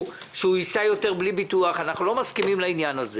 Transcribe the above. הוא ייסע בלי ביטוח אנחנו לא מסכימים לזה.